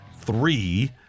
three